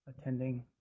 attending